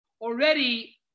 already